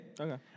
Okay